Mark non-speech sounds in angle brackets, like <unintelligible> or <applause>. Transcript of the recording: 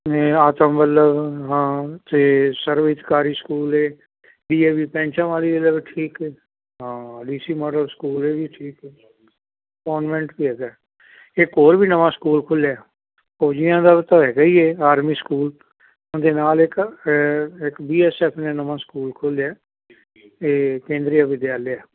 ਨੇ ਆਤਮ ਵੱਲਭ ਹਾਂ ਅਤੇ ਸਰਵਹਿਤਕਾਰੀ ਸਕੂਲ ਹੈ ਡੀ ਏ ਵੀ <unintelligible> ਠੀਕ ਹੈ ਹਾਂ ਡੀ ਸੀ ਮੋਡਲ ਸਕੂਲ ਇਹ ਵੀ ਠੀਕ ਹੈ ਕੋਨਵੈਂਟ ਵੀ ਹੈਗਾ ਇੱਕ ਹੋਰ ਵੀ ਨਵਾਂ ਸਕੂਲ ਖੁੱਲ੍ਹਿਆ ਫੌਜੀਆਂ ਦਾ ਤਾਂ ਹੈਗਾ ਹੀ ਹੈ ਆਰਮੀ ਸਕੂਲ ਉਹਦੇ ਨਾਲ ਇੱਕ ਇੱਕ ਬੀ ਐੱਸ ਐੱਫ ਨੇ ਨਵਾਂ ਸਕੂਲ ਖੋਲ੍ਹਿਆ ਅਤੇ ਕੇਂਦਰੀ ਵਿਦਿਆਲਿਆ